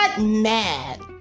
mad